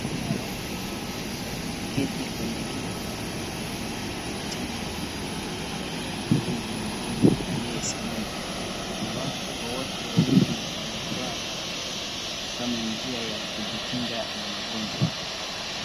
Mwanamke mmoja ameketi kwenye kiti akipokea dose la chanjo kutoka kwa muuguzi mwengine aliyesimama. Wanawake wowote wawili wamevaa barakoa kama njia ya kujikinga na magonjwa.